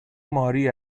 ماری